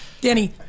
Danny